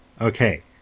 Okay